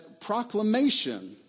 proclamation